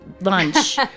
lunch